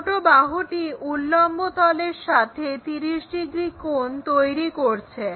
ছোটো বাহুটি উল্লম্ব তলের সাথে 30 ডিগ্রি কোণ তৈরি করছে